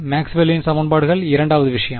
மேக்ஸ்வெல்லின் சமன்பாடுகள் இரண்டாவது விஷயம்